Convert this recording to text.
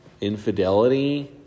infidelity